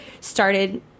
started